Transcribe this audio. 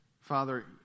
Father